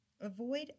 Avoid